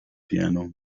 piano